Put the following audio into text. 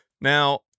Now